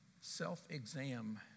self-exam